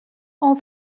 all